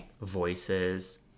voices